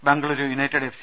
Bengaluru United F